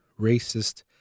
racist